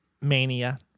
mania